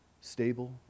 stable